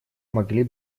могли